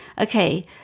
okay